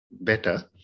better